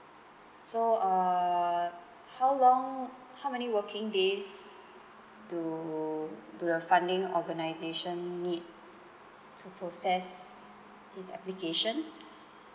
so uh how long how many working days do do the funding organisation need to process his application